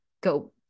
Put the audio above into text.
go